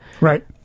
Right